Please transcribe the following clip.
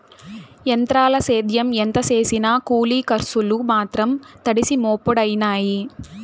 ఎంత్రాల సేద్యం ఎంత సేసినా కూలి కర్సులు మాత్రం తడిసి మోపుడయినాయి